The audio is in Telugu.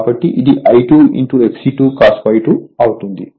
కాబట్టి ఇది I 2 Xe2 cos∅2 అవుతుంది